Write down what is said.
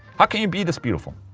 how can you be this beautiful?